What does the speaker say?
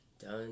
done